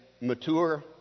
mature